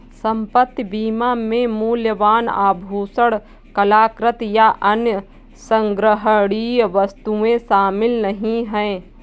संपत्ति बीमा में मूल्यवान आभूषण, कलाकृति, या अन्य संग्रहणीय वस्तुएं शामिल नहीं हैं